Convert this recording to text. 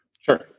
Sure